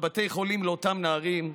בבתי חולים לאותם נערים,